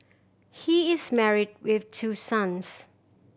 he is married with two sons